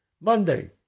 Monday